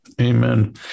Amen